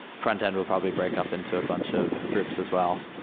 frontend will probably break up into a bunch of groups as well.